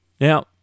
Now